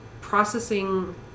processing